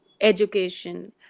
education